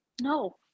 No